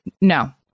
No